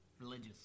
religious